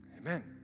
Amen